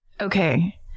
Okay